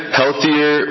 healthier